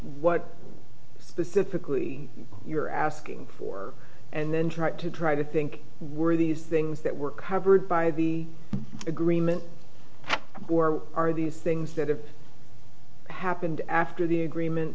what you're asking for and then try to try to think were these things that were covered by the agreement or are these things that have happened after the agreement